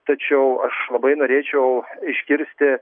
tačiau aš labai norėčiau išgirsti